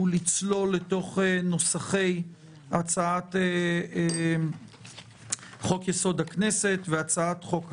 הוא לצלול לנוסחי הצעת חוק-יסוד: הכנסת והצעת חוק הכנסת.